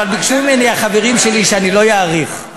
אבל ביקשו ממני החברים שלי שאני לא אאריך.